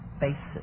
basis